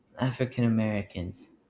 African-Americans